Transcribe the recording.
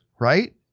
right